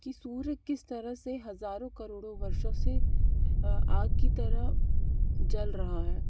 कि सूर्य किस तरह से हज़ारों करोड़ों वर्षों से आग की तरह जल रहा है